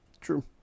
True